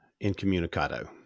incommunicado